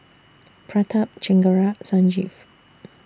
Pratap Chengara Sanjeev